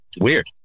weird